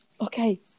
Okay